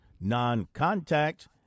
non-contact